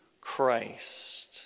Christ